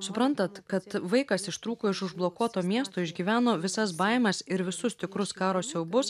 suprantat kad vaikas ištrūko iš užblokuoto miesto išgyveno visas baimes ir visus tikrus karo siaubus